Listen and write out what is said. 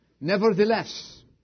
nevertheless